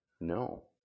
No